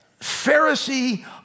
Pharisee